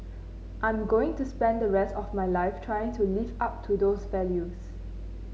I'm going to spend the rest of my life trying to live up to those values